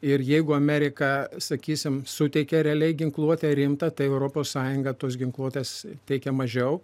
ir jeigu amerika sakysime suteikia realiai ginkluotę rimtą tai europos sąjunga tos ginkluotės teikia mažiau